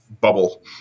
Bubble